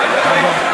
נרגש,